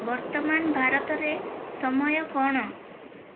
ବର୍ତ୍ତମାନ ଭାରତରେ ସମୟ କ'ଣ